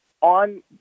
on